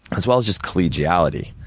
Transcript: as well as just collegiality.